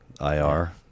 IR